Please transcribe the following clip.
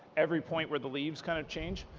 every point where the leaves kind of change.